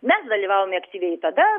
mes dalyvavome aktyviai tada